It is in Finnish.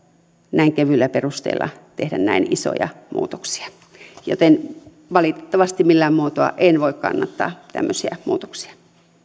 näin kevyillä perusteilla tehdä näin isoja muutoksia joten valitettavasti millään muotoa en voi kannattaa tämmöisiä muutoksia